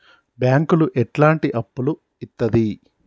బ్యాంకులు ఎట్లాంటి అప్పులు ఇత్తది?